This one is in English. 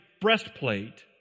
breastplate